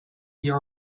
your